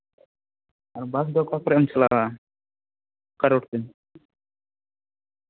ᱵᱟᱥ ᱫᱚ ᱚᱠᱟ ᱠᱚᱨᱮᱜ ᱮᱢ ᱪᱟᱞᱟᱣᱟ ᱚᱠᱟ ᱨᱳᱰᱛᱮ